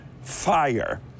fire